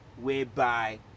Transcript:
whereby